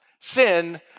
Sin